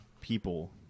people